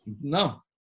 No